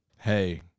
Hey